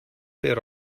per